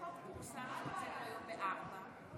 החוק פורסם בסדר-היום ב-16:00.